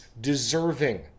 deserving